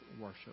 worship